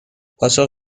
پاسخ